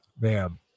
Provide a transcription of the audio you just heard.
man